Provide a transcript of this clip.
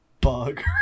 bug